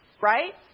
Right